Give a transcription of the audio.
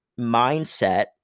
mindset